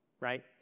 right